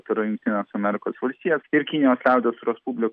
tai yra jungtines amerikos valstijas ir kinijos liaudies respubli